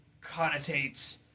connotates